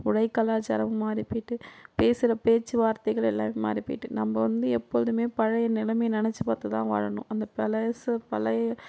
உடை கலாச்சாரம் மாறி போயிவிட்டு பேசுகிற பேச்சு வார்த்தைகள் எல்லாமே மாறி போயிவிட்டு நம்ப வந்து எப்பொழுதுமே பழைய நிலமையை நினச்சி பார்த்து தான் வாழணும் அந்த பழசு பழைய